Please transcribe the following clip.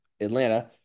Atlanta